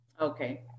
okay